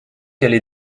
allée